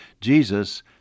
Jesus